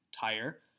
tire